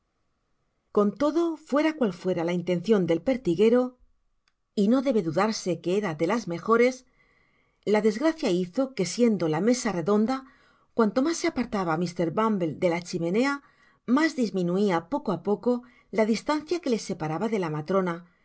con todo fuera cual fuera la intencion del pertiguero y no debe dudarse que era de las mejores la desgracia hizo que siendo la mesa redonda cuanto mas se apartaba mr bumble de la chimenea mas disminuia poco á poco la distancia que le separaba de la matrona